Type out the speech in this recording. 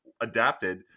adapted